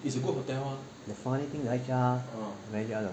funny thing the H_R tell her